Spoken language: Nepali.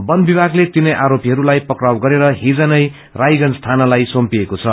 वन विमागले तीनै आरोपीहरूलाई पक्राउ गरेर हिज नै रायगंज थानालाई सुम्पिएको छ